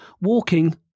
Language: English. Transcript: walking